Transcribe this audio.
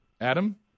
Adam